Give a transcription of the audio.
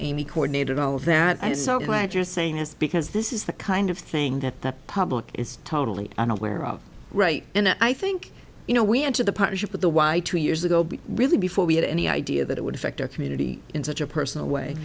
amy coordinated all of that is what you're saying is because this is the kind of thing that the public is totally unaware of right and i think you know we enter the partnership with the y two years ago really before we had any idea that it would affect our community in such a personal way